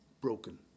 broken